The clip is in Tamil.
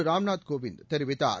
ராம்நாத் கோவிந்த் தெரிவித்தார்